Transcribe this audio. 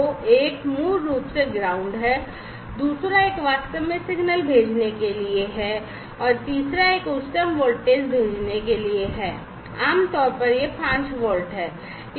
तो एक मूल रूप से ग्राउंड है दूसरा एक वास्तव में सिग्नल भेजने के लिए है और तीसरा एक उच्चतम वोल्टेज भेजने के लिए है आमतौर पर यह 5 वोल्ट है